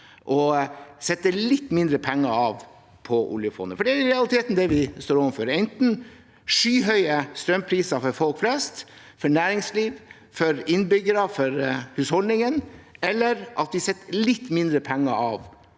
å sette av litt mindre penger til oljefondet. Det er i realiteten det vi står overfor: enten skyhøye strømpriser for folk flest, for næringsliv, for innbyggere og for husholdningene, eller at man setter av litt mindre penger